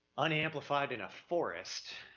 unamplified in a forest,